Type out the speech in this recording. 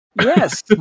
Yes